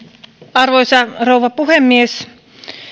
arvoisa rouva puhemies